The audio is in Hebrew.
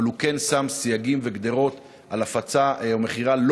אבל הוא כן שם סייגים וגדרות על הפצה ומכירה לא